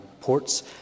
ports